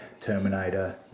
Terminator